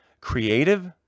creative